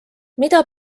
mida